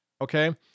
okay